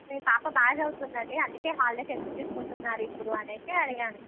మీ పాప బాగా చదువుతుంది అండి అందుకే హాలిడేస్ ఎందుకు తీసుకుంటున్నారు ఇప్పుడు అని అడిగాను